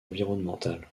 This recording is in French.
environnementale